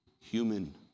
human